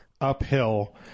uphill